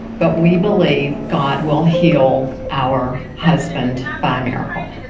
but we believe god will heal our husband by miracle.